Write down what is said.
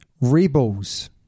Rebels